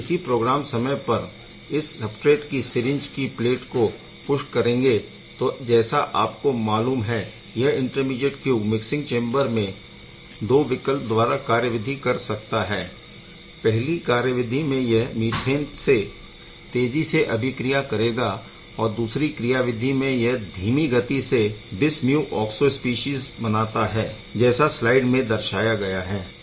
अगर इसी प्रोग्राम समय पर इस सबस्ट्रेट की सिरिंज की प्लेट को पुश करेंगें तो जैसा आपको मालूम है यह इंटरमीडीएट Q मिक्सिंग चेम्बर में दो विकल्प द्वारा कार्यविधि कर सकता है पहली कार्यविधि में यह मीथेन से तेज़ी से अभिक्रिया करेगा और दूसरी क्रियाविधि में यह धीमी गति से बिस म्यू ऑक्सो स्पीशीज़ बनाता है जैसा स्लाइड में दर्शाया गया है